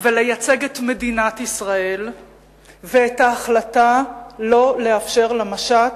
ולייצג את מדינת ישראל ואת ההחלטה לא לאפשר למשט